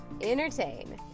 entertain